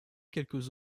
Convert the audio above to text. quelques